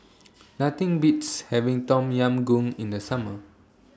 Nothing Beats having Tom Yam Goong in The Summer